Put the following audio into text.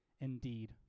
indeed